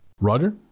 Roger